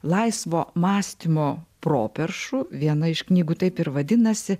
laisvo mąstymo properšų viena iš knygų taip ir vadinasi